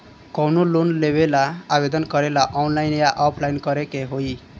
कवनो लोन लेवेंला आवेदन करेला आनलाइन या ऑफलाइन करे के होई?